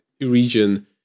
region